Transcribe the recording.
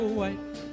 white